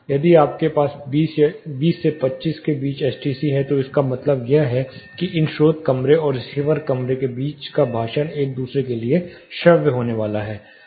यदि आपके पास 20 से 25 के बीच एसटीसी है तो इसका मतलब यह भी है कि इन स्रोत कमरे और रिसीवर कमरे के बीच का भाषण एक दूसरे के लिए श्रव्य होने वाला है